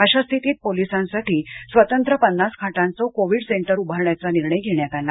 अशा स्थितीत पोलिसांसाठी स्वतंत्र पन्नास खाटांच कोविड सेंटर उभारण्याचा निर्णय घेण्यात आला